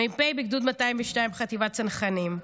מ"פ בגדוד 202 של חטיבת הצנחנים.